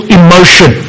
emotion